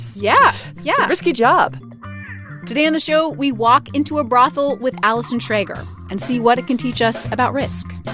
yeah yeah risky job today on the show, we walk into a brothel with allison schrager and see what it can teach us about risk